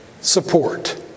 support